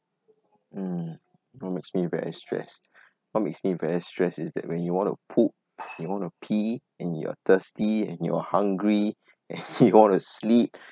mm what makes me very stressed what makes me very stress is that when you want to poop when you wanna pee and you're thirsty and you're hungry and you want to sleep